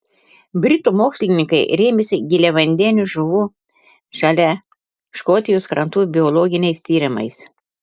britų mokslininkai rėmėsi giliavandenių žuvų šalia škotijos krantų biologiniais tyrimais